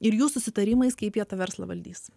ir jų susitarimais kaip jie tą verslą valdys